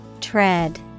Tread